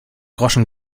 groschen